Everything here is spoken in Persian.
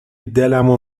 دلمو